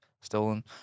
Stolen